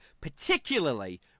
particularly